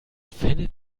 findet